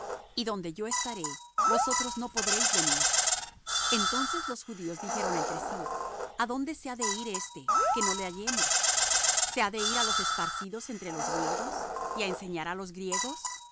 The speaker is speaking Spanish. y donde yo estaré vosotros no podréis venir entonces los judíos dijeron entre sí a dónde se ha de ir éste que no le hallemos se ha de ir á los esparcidos entre los griegos y á enseñar á los griegos